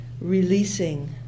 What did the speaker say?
releasing